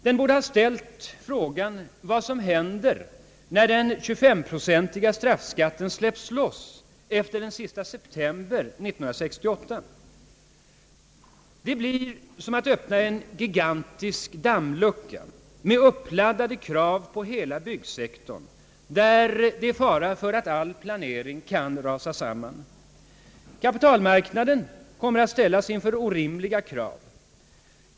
Den borde ha ställt frågan vad som händer när den 25-procentiga straffskatten släppes loss efter den sista september 1968. Det blir som att öppna en gigantisk dammlucka med uppladdade krav på hela byggsektorn där all planering kan rasa samman. Kapitalmarknaden kan komma att ställas inför orimliga krav.